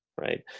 right